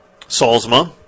Salzma